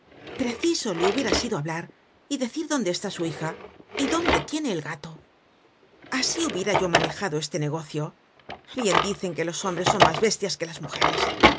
preciso le hubiera sido hablar y decir dónde está su hija y dónde tiene el gato content from google book search generated at asi hubiera yo manejado este negocio bien dicen que los hombres son mas bestias que las mujeres